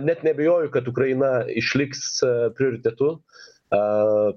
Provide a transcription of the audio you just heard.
net neabejoju kad ukraina išliks prioritetu a